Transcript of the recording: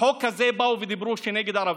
החוק הזה, באו ודיברו כנגד ערבים.